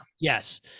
yes